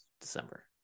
December